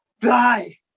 die